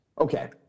okay